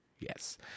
Yes